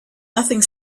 nothing